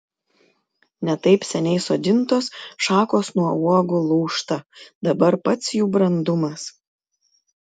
ne taip seniai sodintos šakos nuo uogų lūžta dabar pats jų brandumas